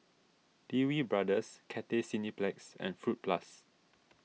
Lee Wee Brothers Cathay Cineplex and Fruit Plus